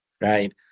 right